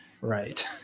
Right